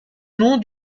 nom